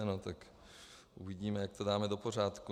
No tak uvidíme, jak to dáme do pořádku.